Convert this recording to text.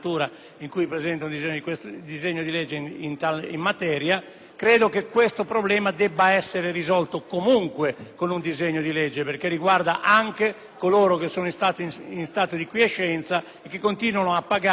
che questo problema debba essere risolto con un disegno di legge, perché riguarda anche coloro che sono in stato di quiescenza e che continuano a pagare trattenute pesanti per il fisco: io stesso